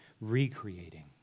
recreating